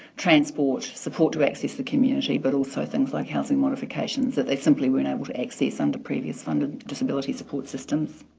transport, support to access the community, but also things like housing modifications that they simply weren't able to access under previous funded disability support systems.